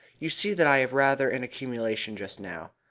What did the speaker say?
you see that i have rather an accumulation just now.